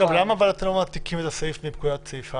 למה אתם לא מעתיקים את הסעיף מפקודת בריאות העם?